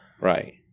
Right